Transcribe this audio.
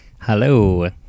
Hello